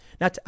Now